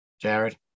jared